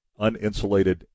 uninsulated